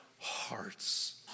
hearts